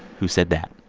who said that?